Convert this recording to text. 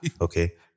Okay